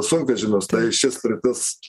sunkvežimius tai ši sritis